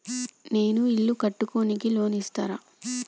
నేను ఇల్లు కట్టుకోనికి లోన్ ఇస్తరా?